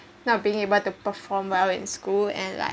not being able to perform well in school and like